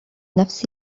نفس